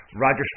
Roger